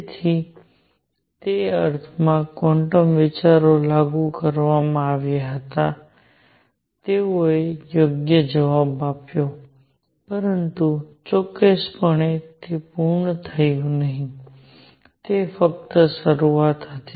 તેથી તે અર્થમાં ક્વોન્ટમ વિચારો લાગુ કરવામાં આવ્યા હોવા છતાં તેઓએ યોગ્ય જવાબ આપ્યો પરંતુ ચોક્કસપણે તે પૂર્ણ થયું નહીં તે ફક્ત શરૂઆત હતી